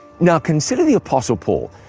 now, consider the apostle paul.